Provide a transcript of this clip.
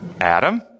Adam